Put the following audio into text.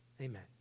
Amen